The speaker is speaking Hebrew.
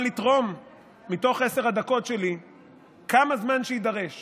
לתרום מתוך עשר הדקות שלי כמה זמן שיידרש